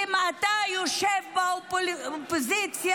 אם אתה יושב באופוזיציה,